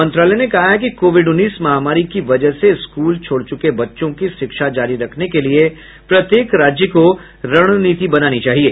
मंत्रालय ने कहा है कि कोविड उन्नीस महामारी की वजह से स्कूल छोड़ चुके बच्चों की शिक्षा जारी रखने के लिए प्रत्येक राज्य को रणनीति बनानी चाहिए